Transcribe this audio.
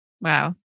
Wow